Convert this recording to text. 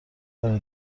برا